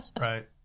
Right